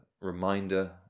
reminder